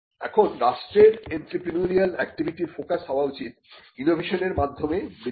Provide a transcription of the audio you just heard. এখন রাষ্ট্রের এন্ত্রেপ্রেনিউরিয়াল অ্যাক্টিভিটির ফোকাস হওয়া উচিত ইনোভেশনের মাধ্যমে বৃদ্ধি